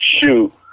shoot